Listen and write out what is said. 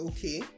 Okay